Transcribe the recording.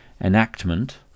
enactment